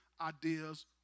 ideas